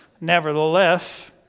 nevertheless